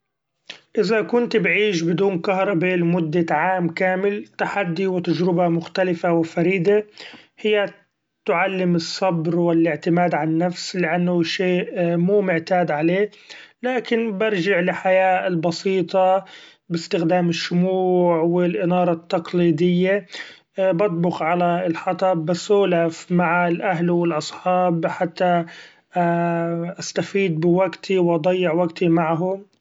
إذا كنت بعيش بدون كهربي لمدة عام كامل تحدي و تجربة مختلفة و فريدي ، هي تعلم الصبر و الإعتماد علي النفس لأنو شيء مو معتاد عليه ، لكن برجع لحياة البسيطة باستخدام الشموع و الإنارة التقليدية ، بطبخ علي الحطب بسولف مع الأهل و الأصحاب ؛ حتي استفيد بوقتي و أضيع وقتي معهم.